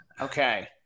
Okay